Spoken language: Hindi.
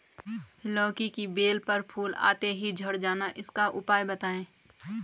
लौकी की बेल पर फूल आते ही झड़ जाना इसका उपाय बताएं?